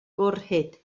gwrhyd